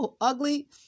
ugly